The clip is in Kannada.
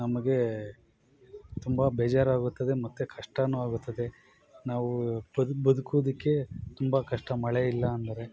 ನಮಗೆ ತುಂಬ ಬೇಜಾರಾಗುತ್ತದೆ ಮತ್ತೆ ಕಷ್ಟವೂ ಆಗುತ್ತದೆ ನಾವು ಬದು ಬದುಕುವುದಕ್ಕೆ ತುಂಬ ಕಷ್ಟ ಮಳೆ ಇಲ್ಲ ಅಂದರೆ